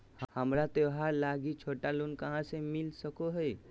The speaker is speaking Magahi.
हमरा त्योहार लागि छोटा लोन कहाँ से मिल सको हइ?